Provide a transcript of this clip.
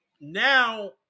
now